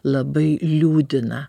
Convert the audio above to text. labai liūdina